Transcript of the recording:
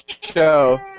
show